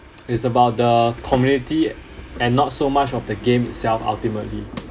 it's about the community and not so much of the game itself ultimately